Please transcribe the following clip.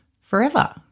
forever